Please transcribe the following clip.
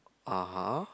(uh huh)